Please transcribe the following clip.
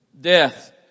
Death